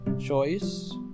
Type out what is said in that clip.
choice